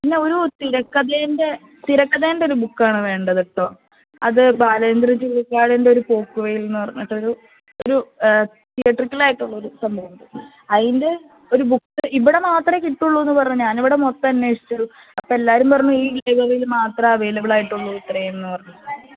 പിന്നെ ഒരു തിരക്കഥേൻ്റെ തിരകഥേൻ്റെ ഒരു ബുക്കാണ് വേണ്ടത് കേട്ടോ അത് ബാലചന്ദ്രൻ ചുള്ളിക്കാടിൻ്റെ ഒരു പോക്കു വെയിലെന്ന് പറഞ്ഞിട്ടൊരു ഒരു തിയട്രിക്കലായിട്ടൊരു സംഭവം ഉണ്ട് അതിൻ്റെ ഒര് ബുക്ക് ഇവിടെ മാത്രമേ കിട്ടുകയുളളുവെന്ന് പറഞ്ഞു ഞാനിവിടെ മൊത്തം അന്വേഷിച്ചു അപ്പോൾ എല്ലാവരും പറഞ്ഞു ഈ വില്ലേജ് ഓഫീസിൽ മാത്രമേ അവൈലബിൾ ആയിട്ടുള്ളു ഇത്രയും എന്ന് പറഞ്ഞു